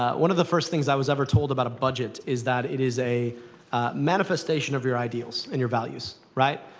one of the first things i was ever told about a budget is that it is a manifestation of your ideals and your values, right.